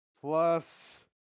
plus